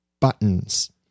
buttons